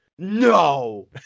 No